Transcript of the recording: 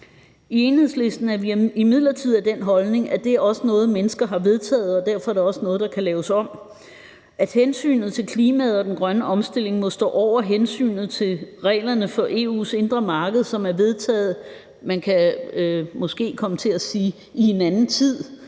I Enhedslisten er vi imidlertid af den holdning, at det er noget, mennesker har vedtaget, og derfor er det også noget, der kan laves om, og at hensynet til klimaet og den grønne omstilling må stå over hensynet til reglerne for EU's indre marked, som er vedtaget i, ja, man kan måske komme til at sige en anden tid.